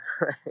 Right